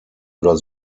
oder